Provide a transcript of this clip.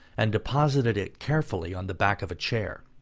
and deposited it carefully on the back of a chair.